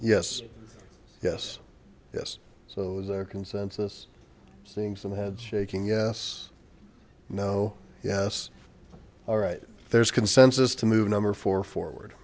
yes yes yes so is there a consensus seeing some head shaking yes no yes all right there's a consensus to move number four forward